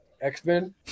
X-Men